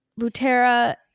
Butera